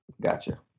Gotcha